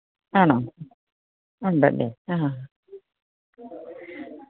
ആണോ ഉണ്ടല്ലേ ആ